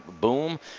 boom